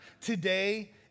today